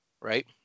right